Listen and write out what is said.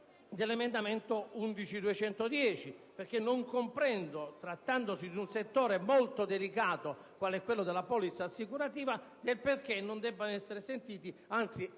dell'emendamento 11.210, perché non comprendo, trattandosi di un settore molto delicato quale quello della polizza assicurativa, perché non debbano essere sentiti altri